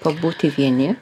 pabūti vieni